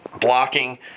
blocking